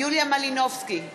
יוליה מלינובסקי,